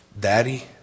Daddy